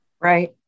Right